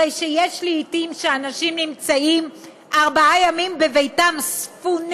הרי שיש לעתים שאנשים נמצאים ארבעה ימים ספונים